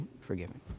forgiven